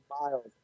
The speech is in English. miles